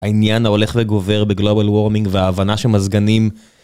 העניין ההולך וגובר בglobal warming וההבנה שמזגנים.